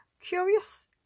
curious